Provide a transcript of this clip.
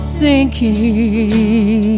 sinking